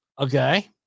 Okay